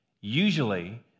Usually